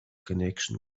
connection